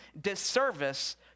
disservice